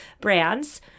brands